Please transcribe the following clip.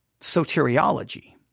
soteriology